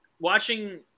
watching